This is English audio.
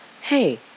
Hey